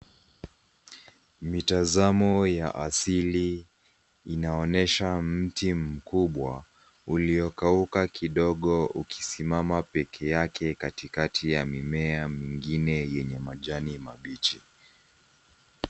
Mitazamo ya asili inaonyesha mti mkubwa ulio kauka kidogo ukisimama peke yake katikati ya mimea mingine yenye majani mabichi.